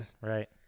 Right